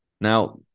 now